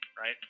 right